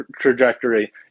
trajectory